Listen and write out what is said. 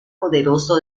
poderoso